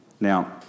Now